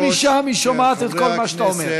גם משם היא שומעת את כל מה שאתה אומר.